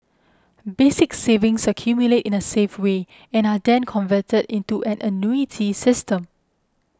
basic savings accumulate in a safe way and are then converted into an annuity system